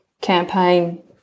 campaign